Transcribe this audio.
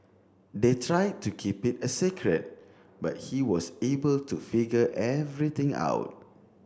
they try to keep it a secret but he was able to figure everything out